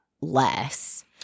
less